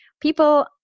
people